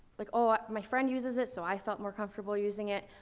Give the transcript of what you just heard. like, oh, ah my friend uses it, so i felt more comfortable using it.